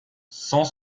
cent